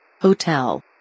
Hotel